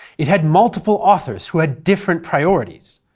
it had multiple authors who had different priorities.